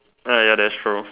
uh ya that's true